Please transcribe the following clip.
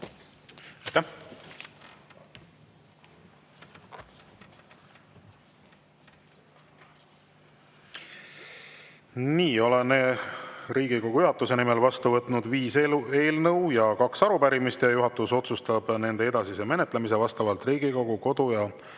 Nii. Olen Riigikogu juhatuse nimel vastu võtnud viis eelnõu ja kaks arupärimist. Juhatus otsustab nende edasise menetlemise vastavalt Riigikogu kodu- ja